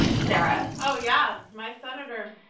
sarah. oh, yeah. my senator,